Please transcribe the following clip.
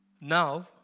Now